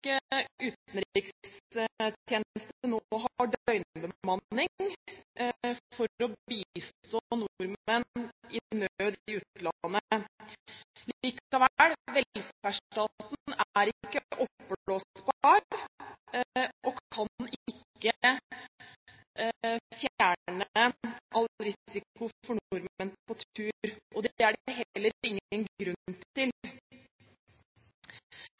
har døgnbemanning for å bistå nordmenn i nød i utlandet. Likevel: Velferdsstaten er ikke oppblåsbar, og kan ikke fjerne all risiko for nordmenn på tur. Det er det heller ingen grunn til.